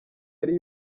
yari